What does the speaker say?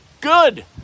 Good